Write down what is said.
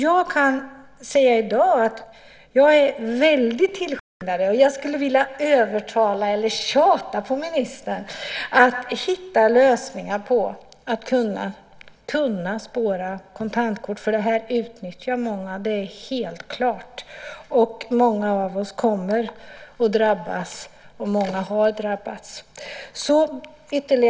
Jag kan säga i dag att jag är en tillskyndare av detta, och jag vill övertala och tjata på ministern för att hitta lösningar när det gäller att kunna spåra kontantkort. Många utnyttjar detta; det är helt klart. Många av oss kommer att drabbas och många har drabbats. Fru talman!